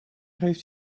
heeft